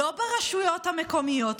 לא ברשויות המקומיות,